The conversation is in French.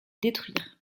détruire